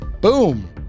Boom